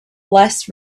less